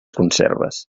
conserves